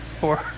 four